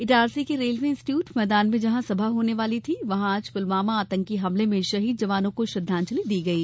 इटारसी के railway institute मैदान में जहां सभा होने वाली थी वहां आज पुलवामा आतंकी हमले में शहीद जवानों को श्रद्दांजलि दी गई है